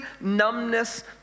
numbness